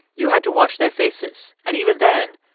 you had to watch their faces, and even then,